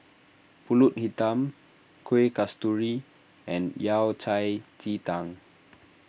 Pulut Hitam Kuih Kasturi and Yao Cai Ji Tang